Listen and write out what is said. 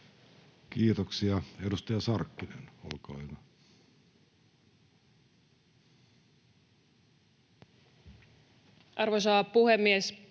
Kiitoksia. — Edustaja Sarkkinen, olkaa hyvä. [Speech